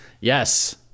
Yes